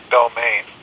domain